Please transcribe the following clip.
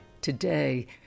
Today